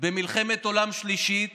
במלחמת עולם שלישית